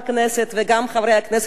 וגם חברי הכנסת של מרצ,